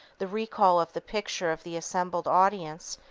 the recall of the picture of the assembled audience,